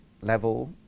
level